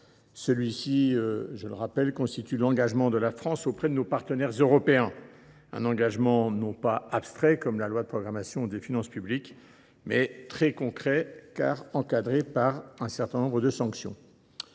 européenne. Le PSMT constitue l’engagement de la France auprès de nos partenaires européens, un engagement non pas abstrait comme l’est la loi de programmation des finances publiques (LPFP), mais très concret, car encadré par un certain nombre de sanctions.